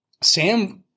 Sam